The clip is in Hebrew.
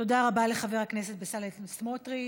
תודה רבה לחבר הכנסת בצלאל סמוטריץ.